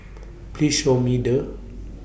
Please Show Me The